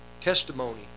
testimony